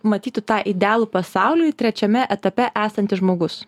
matytų tą idealų pasauliui trečiame etape esantis žmogus